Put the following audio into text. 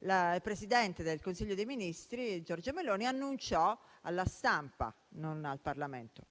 la presidente del Consiglio dei ministri, Giorgia Meloni, annunciò alla stampa, non al Parlamento,